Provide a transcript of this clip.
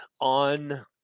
on